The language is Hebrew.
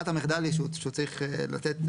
ברירת המחדל היא שהוא צריך לתת,